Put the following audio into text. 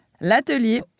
L'atelier